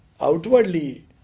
outwardly